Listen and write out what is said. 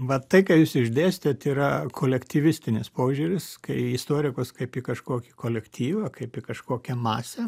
vat tai ką jūs išdėstėt yra kolektyvistinis požiūris kai istorikus kaip į kažkokį kolektyvą kaip į kažkokią masę